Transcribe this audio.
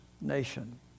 nation